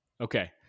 Okay